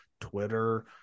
Twitter